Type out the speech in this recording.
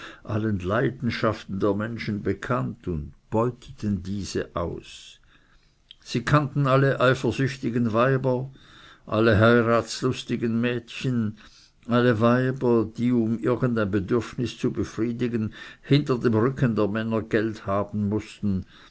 allen leidenschaften der menschen bekannt und beuteten diese aus sie kannten alle eifersüchtigen weiber alle heiratslustigen mädchen alle weiber die um irgend ein bedürfnis zu befriedigen hinter dem rücken der männer geld haben mußten